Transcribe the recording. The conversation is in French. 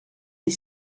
des